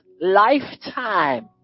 lifetime